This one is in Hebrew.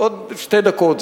עוד שתי דקות.